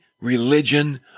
religion